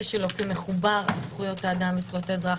שלו כמחובר לזכויות האדם וזכויות האזרח,